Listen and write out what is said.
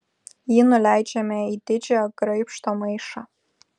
jį nuleidžiame į didžiojo graibšto maišą